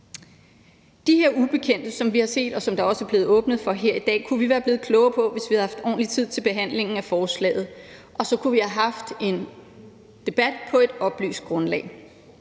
De her ubekendte ting, som vi har set, og som der også er blevet åbnet for her i dag, kunne vi være blevet klogere på, hvis vi havde haft ordentlig tid til behandlingen af forslaget, og så kunne vi have haft en debat på et oplyst grundlag,